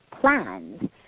plans